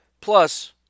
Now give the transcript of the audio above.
Plus